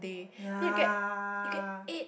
ya